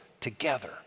together